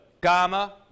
gamma